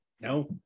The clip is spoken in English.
No